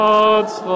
God's